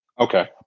okay